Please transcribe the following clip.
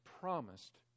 promised